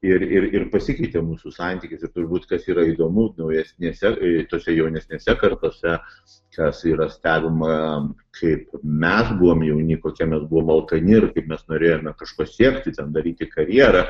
ir ir ir pasikeitė mūsų santykis ir turbūt kas yra įdomu naujesnėse tose jaunesnėse kartose kas yra stebima kaip mes buvom jauni kokie mes buvom alkani mes norėjome kažko siekti ten daryti karjerą